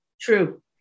True